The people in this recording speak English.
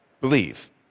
believe